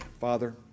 Father